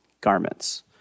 garments